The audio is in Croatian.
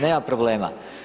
nema problema.